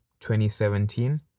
2017